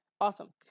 Awesome